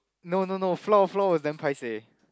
no no no floor floor is damn paiseh